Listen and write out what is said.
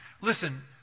Listen